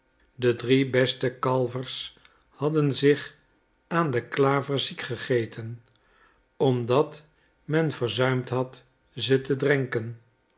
de drie beste kalvers hadden zich aan de klaver ziek gegeten omdat men verzuimd had ze te drenken